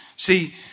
See